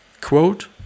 quote